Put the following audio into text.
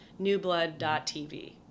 newblood.tv